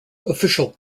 official